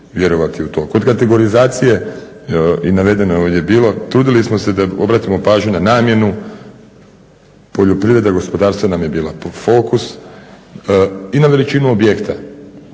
Kod kategorizacije i navedeno je ovdje bilo, trudili smo se da obratimo pažnju na namjenu. Poljoprivredna gospodarstva nam je bila fokus i na veličinu objekata.